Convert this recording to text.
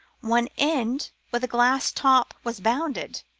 one end with a glass top was bounded.